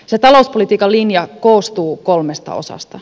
se talouspolitiikan linja koostuu kolmesta osasta